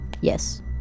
Yes